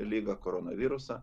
ligą koronavirusą